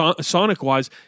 Sonic-wise